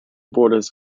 borders